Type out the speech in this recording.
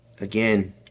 Again